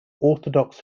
orthodox